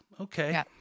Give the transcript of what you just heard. okay